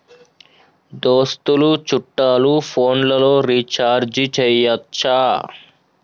దోస్తులు చుట్టాలు ఫోన్లలో రీఛార్జి చేయచ్చా?